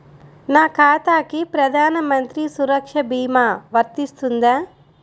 నా ఖాతాకి ప్రధాన మంత్రి సురక్ష భీమా వర్తిస్తుందా?